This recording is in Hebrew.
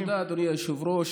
תודה, אדוני היושב-ראש.